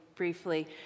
briefly